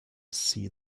see